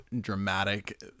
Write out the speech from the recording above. dramatic